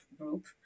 group